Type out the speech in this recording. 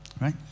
Right